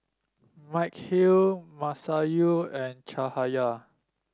Mikhail Masayu and Cahaya